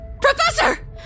professor